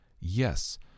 Yes